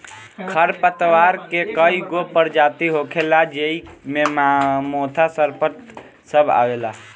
खर पतवार के कई गो परजाती होखेला ज़ेइ मे मोथा, सरपत सब आवेला